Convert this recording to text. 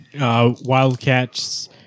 Wildcats